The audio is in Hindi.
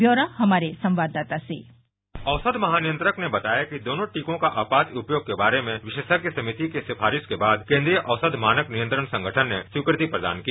ब्यौरा हमारे संवाददाता से औषध महानियंत्रक ने बताया कि दोनों टीकों का आपात उपयोग के बारे में विशेषज्ञ समिति की सिफारिश के बाद केन्द्रीय औष्य मानक नियंत्रण संगठन ने स्वीकृति प्रदान की